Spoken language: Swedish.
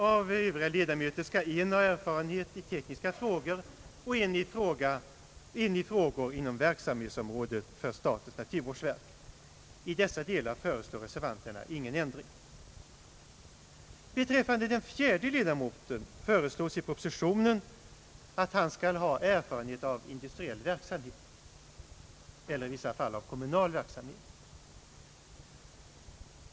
Av övriga ledamöter skall en ha erfarenhet i tekniska frågor och en i frågor som faller inom verksamhetsområdet för statens naturvårdsverk. I dessa delar föreslår reservanterna ingen ändring. Beträffande den fjärde ledamoten föreslås i propositionen att han skall ha erfarenhet av industriell verksamhet eller i vissa fall av kommunal verksamhet.